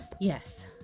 Yes